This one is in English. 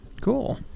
Cool